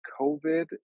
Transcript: COVID